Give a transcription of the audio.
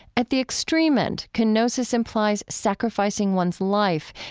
at the extreme end, kenosis implies sacrificing one's life.